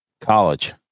College